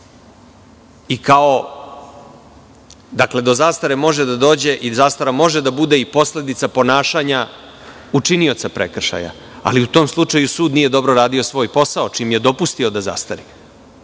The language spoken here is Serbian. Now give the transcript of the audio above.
slučaju došlo, do zastarelosti može da dođe i zastarelost može da bude i posledica ponašanja učinioca prekršaja, ali u tom slučaju sud nije dobro radio svoj posao, čim je dopustio da zastari,